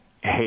Hey